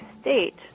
state